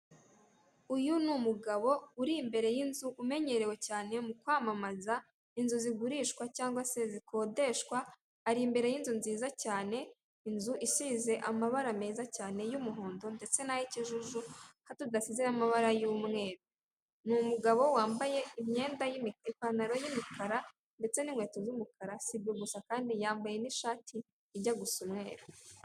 Uyu ni umugabo uri imbere y'inzu umenyerewe cyane mu kwamamaza inzu zigurishwa cyangwa se zikodeshwa, ari imbere y'inzu nziza cyane; inzu isize amabara meza cyane y'umuhondo ndetse n'ay'ikijuju, hatudasize n'amabara y'umweru. Ni umugabo wambaye imyenda ipantaro y'imikara, ndetse n'inkweto z'umukara, si ibyo gusa kandi yambaye n'ishati ijya gu gusa umweru.